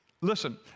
Listen